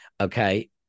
okay